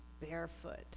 Barefoot